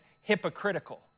hypocritical